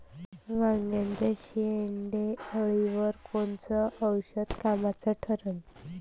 वांग्याच्या शेंडेअळीवर कोनचं औषध कामाचं ठरन?